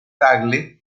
tagle